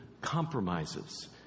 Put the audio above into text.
compromises